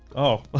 oh.